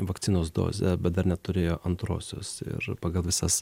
vakcinos dozę bet dar neturėjo antrosios ir pagal visas